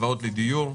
הלוואות לדיור.